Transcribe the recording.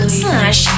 slash